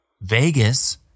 Vegas